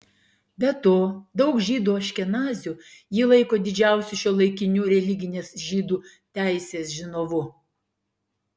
be to daug žydų aškenazių jį laiko didžiausiu šiuolaikiniu religinės žydų teisės žinovu